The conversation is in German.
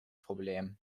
problem